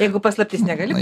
jeigu paslaptis negali